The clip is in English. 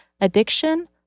addiction